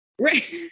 Right